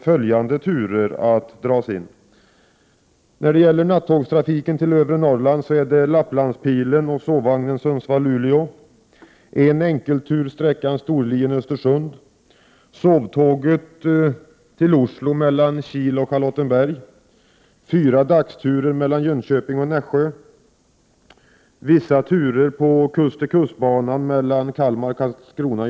Följande turer kommer att dras in: Centern kan inte acceptera att dessa turer dras in.